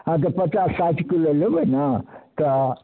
हँ तऽ पचास साठि किलो लेबै ने तऽ